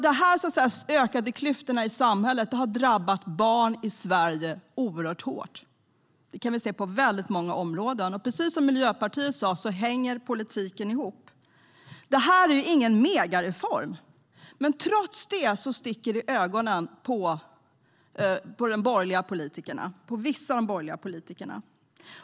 De ökade klyftorna i samhället har drabbat barn i Sverige oerhört hårt. Det kan vi se på många områden. Precis som Miljöpartiet sa hänger politiken ihop. Detta är ingen megareform. Trots det sticker den i ögonen på vissa av de borgerliga politikerna.